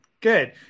Good